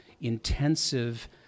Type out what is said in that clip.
intensive